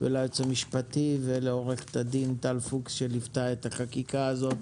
ליועץ המשפטי של הוועדה ולעורכת הדין טל פוקס שליוותה את החקיקה הזאת.